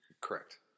Correct